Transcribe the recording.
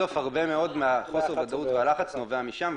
בסוף הרבה מאוד מחוסר הוודאות והלחץ נובע משם.